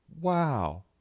Wow